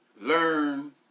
learn